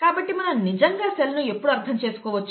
కాబట్టి మనం నిజంగా సెల్ను ఎప్పుడు అర్థం చేసుకోవచ్చు